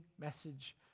message